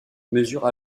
mesure